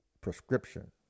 prescription